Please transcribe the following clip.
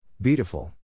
Beautiful